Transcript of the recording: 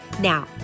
Now